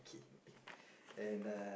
okay then